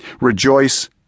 Rejoice